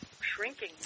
shrinking